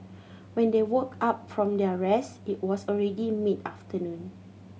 when they woke up from their rest it was already mid afternoon